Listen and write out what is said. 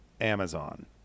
Amazon